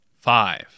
Five